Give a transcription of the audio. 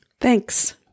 Thanks